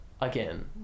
again